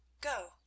go